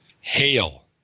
Hail